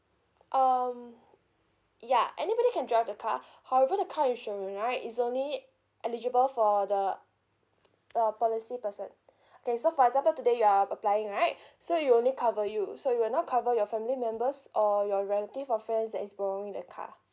um yeah anybody can drive the car however the car insurance right is only eligible for the uh policy person okay so for example today you are applying right so it will only cover you so it will not cover your family members or your relative or friends that is borrowing the car